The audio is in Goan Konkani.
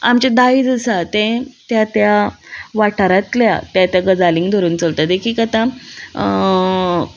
आमचें दायज आसा तें त्या त्या वाठारांतल्या ते ते गजालींक धरून चलता देखीक आतां